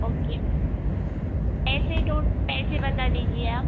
okay मा पैसे टों पैसे बता दीजिए आप